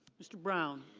mr. brown.